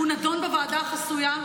נדון בוועדה החסויה,